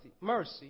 mercy